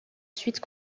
suite